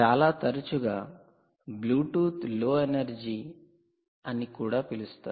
చాలా తరచుగా Bluetooth low energy అని కూడా పిలుస్తారు